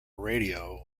radio